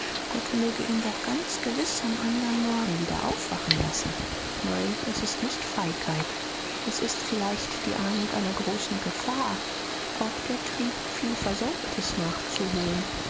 gott möge ihn doch ganz gewiß am andern morgen wieder aufwachen lassen nein es ist nicht feigheit es ist vielleicht die ahnung einer großen gefahr auch der trieb viel versäumtes nachzuholen